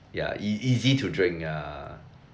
ya e~ easy to drink ya